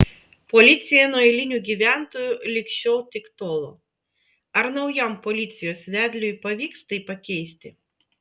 policija nuo eilinių gyventojų lig šiol tik tolo ar naujam policijos vedliui pavyks tai pakeisti